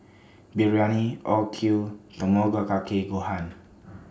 Biryani Okayu Tamago Kake Gohan